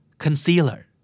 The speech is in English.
Concealer